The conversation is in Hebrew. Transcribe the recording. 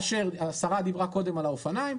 השרה דיברה קודם על האופניים,